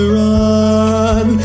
run